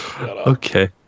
Okay